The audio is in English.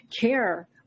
care